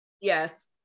Yes